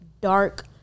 dark